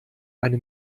eine